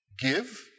give